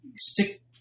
stick